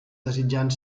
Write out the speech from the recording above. desitjant